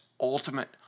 ultimate